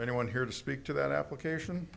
anyone here to speak to that application